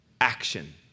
Action